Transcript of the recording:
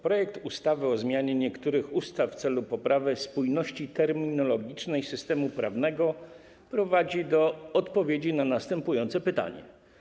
Projekt ustawy o zmianie niektórych ustaw w celu poprawy spójności terminologicznej systemu prawnego prowadzi do odpowiedzi na następujące pytanie: